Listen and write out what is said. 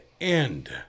end